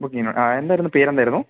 ബുക്കിങ്ങിന് ആ എന്തായിരുന്നു പേരെന്തായിരുന്നു